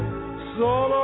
Solo